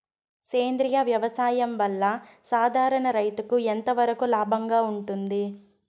సేంద్రియ వ్యవసాయం వల్ల, సాధారణ రైతుకు ఎంతవరకు లాభంగా ఉంటుంది?